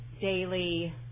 daily –